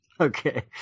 Okay